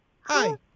Hi